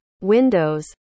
Windows